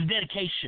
dedication